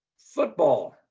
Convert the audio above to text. football.